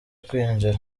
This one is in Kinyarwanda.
kwinjira